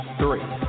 three